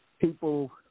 people